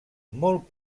molt